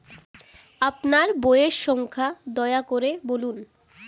আপনার বইয়ের সংখ্যা দয়া করে বলুন?